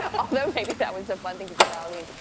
although maybe that was a fun thing to do for halloween,